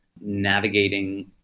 navigating